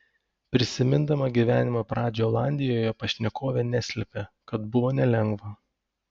prisimindama gyvenimo pradžią olandijoje pašnekovė neslėpė kad buvo nelengva